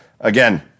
again